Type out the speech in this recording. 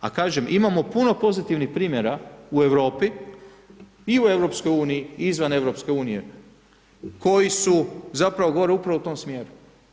A kažem, imamo puno pozitivnih primjera u Europi, i u EU i izvan EU koji su, zapravo govore upravo u tom smjeru.